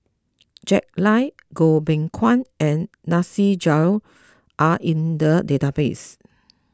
Jack Lai Goh Beng Kwan and Nasir Jalil are in the database